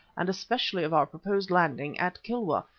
and especially of our proposed landing at kilwa,